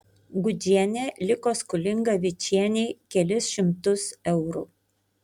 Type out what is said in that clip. gudžienė liko skolinga vičienei kelis šimtus eurų